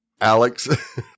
Alex